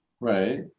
Right